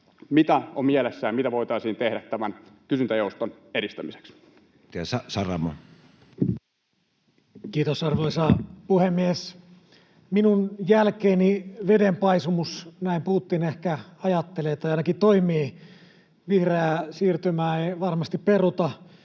mitä on mielessä ja mitä voitaisiin tehdä tämän kysyntäjouston edistämiseksi.? Edustaja Saramo. Kiitos, arvoisa puhemies! ”Minun jälkeeni vedenpaisumus.” Näin Putin ehkä ajattelee tai ainakin toimii. Vihreää siirtymää ei varmasti peruta